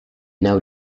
now